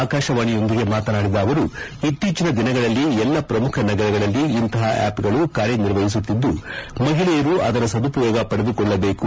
ಆಕಾಶವಾಣಿಯೊಂದಿಗೆ ಮಾತನಾಡಿದ ಅವರು ಇತ್ತೀಚನ ದಿನಗಳಲ್ಲಿ ಎಲ್ಲ ಪ್ರಮುಖ ನಗರಗಳಲ್ಲಿ ಇಂತಪ ಆ್ಯಪ್ಗಳು ಕಾರ್ಯನಿರ್ವಹಿಸುತ್ತಿದ್ದು ಮಹಿಳೆಯರು ಅದರ ಸದುಪಯೋಗ ಪಡೆದುಕೊಳ್ಳಬೇಕು